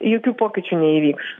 jokių pokyčių neįvyks